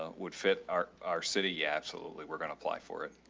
ah would fit our, our city. yeah, absolutely. we're gonna apply for it.